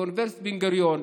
באוניברסיטת בן-גוריון,